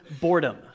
boredom